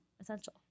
essential